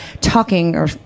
talking—or